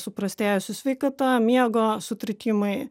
suprastėjusi sveikata miego sutrikimai